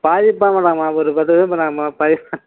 பாதி பணம் கொண்டாங்கம்மா ஒரு கொண்டாங்கம்மா